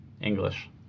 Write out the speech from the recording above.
English